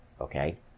okay